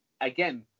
again